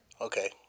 Okay